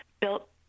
built